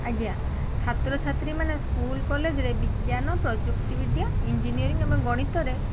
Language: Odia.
ଆଜ୍ଞା ଛାତ୍ରଛାତ୍ରୀମାନେ ସ୍କୁଲ କଲେଜରେ ବିଜ୍ଞାନ ପ୍ରଯୁକ୍ତିବିଦ୍ୟା ଇଞ୍ଜିନିୟରିଂ ଏବଂ ଗଣିତରେ